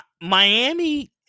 Miami